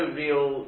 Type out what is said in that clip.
real